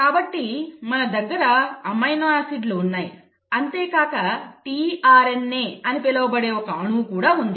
కాబట్టి మన దగ్గర అమైనో ఆసిడ్ లు ఉన్నాయి అంతేకాక tRNA అని పిలువబడే ఒక అణువు కూడా ఉంది